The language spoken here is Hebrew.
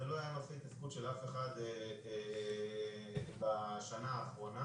זה לא היה נושא התעסקות של אף אחד בשנה האחרונה.